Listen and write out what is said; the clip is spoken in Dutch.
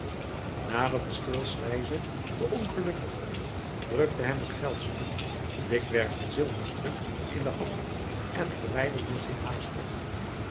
naderde steelswijze den ongelukkige drukte hem een geldstuk dikwerf een zilverstuk in de hand en verwijderde zich haastig